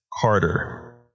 Carter